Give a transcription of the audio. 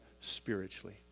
spiritually